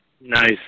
Nice